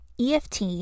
EFT